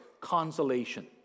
consolation